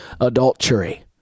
adultery